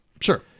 Sure